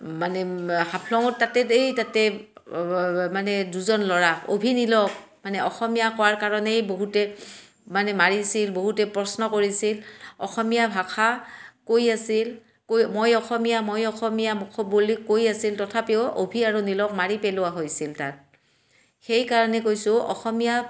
মানে হাফলঙত তাতে এই তাতে মানে দুজন ল'ৰা অভি নীলক মানে অসমীয়া কোৱাৰ কাৰণেই বহুতে মানে মাৰিছিল বহুতে প্ৰশ্ন কৰিছিল অসমীয়া ভাষা কৈ আছিল কৈ মই অসমীয়া মই অসমীয়া মোক বুলি কৈ আছিল তথাপিও অভি আৰু নীলক মাৰি পেলোৱা হৈছিল তাত সেইকাৰণে কৈছো অসমীয়া